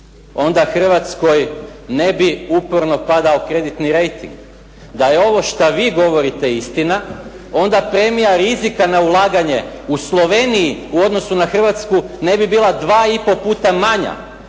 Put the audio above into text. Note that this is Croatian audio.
onda Hrvatskoj ne bi uporno padao kreditni rejting. Da je ovo što vi govorite istina, onda premija rizika na ulaganje u Sloveniji u odnosu na Hrvatsku ne bi bila 2,5 puta manja,